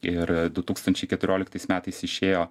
ir du tūkstančiai keturioliktais metais išėjo